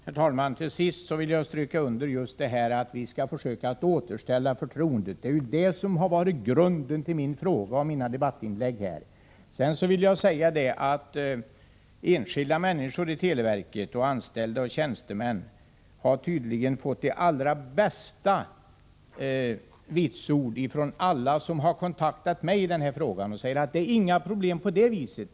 Herr talman! Till sist vill jag understryka just detta, att vi skall försöka återställa förtroendet. Det är det som har varit grunden för min fråga och mina debattinlägg. Sedan vill jag också säga att de enskilda tjänstemännen i televerket har fått de allra bästa vitsord från alla som har kontaktat mig i den här frågan. De säger att det är inga problem på det viset.